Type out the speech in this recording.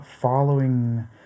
following